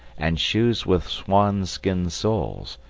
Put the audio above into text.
and shoes with swan-skin soles,